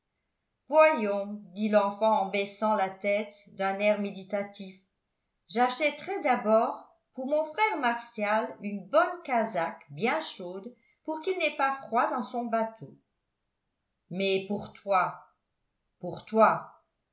voyons dit l'enfant en baissant la tête d'un air méditatif j'achèterais d'abord pour mon frère martial une bonne casaque bien chaude pour qu'il n'ait pas froid dans son bateau mais pour toi pour toi